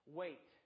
wait